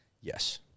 Yes